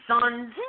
sons